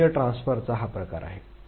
शून्य ट्रान्सफरचा हा प्रकार आहे